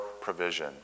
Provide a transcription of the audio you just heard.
provision